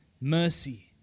Mercy